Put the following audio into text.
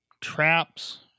traps